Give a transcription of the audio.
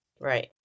Right